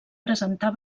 presentar